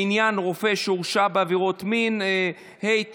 (קרן להשתתפות במימון לימודים במוסדות להשכלה גבוהה,